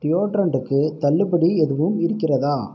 டியோடரண்ட்டுக்கு தள்ளுபடி எதுவும் இருக்கிறதா